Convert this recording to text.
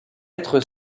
être